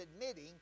admitting